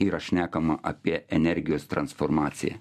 yra šnekama apie energijos transformaciją